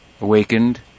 awakened